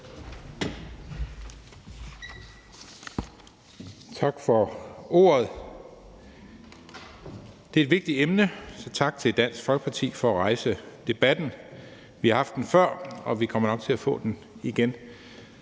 Tak for ordet. Det er et vigtigt emne, så tak til Dansk Folkeparti for at rejse debatten. Vi har haft den før, og vi kommer nok til at få den igen.